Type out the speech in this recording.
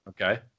Okay